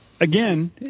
again